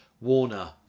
Warner